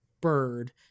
bird